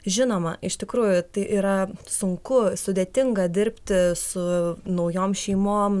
žinoma iš tikrųjų tai yra sunku sudėtinga dirbti su naujom šeimom